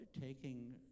taking